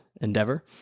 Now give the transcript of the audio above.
endeavor